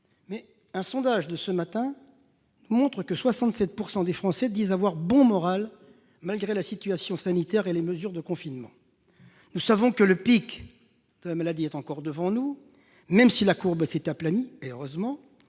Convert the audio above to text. selon un sondage paru ce matin, 67 % des Français disent avoir bon moral, malgré la situation sanitaire et les mesures de confinement. Nous savons que le pic de la contagion est encore devant nous, même si la courbe s'est heureusement